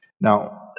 Now